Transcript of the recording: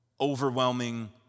overwhelming